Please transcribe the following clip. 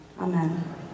Amen